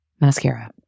mascara